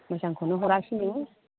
मोजांखौनो हराखैसै नोङो